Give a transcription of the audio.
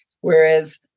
Whereas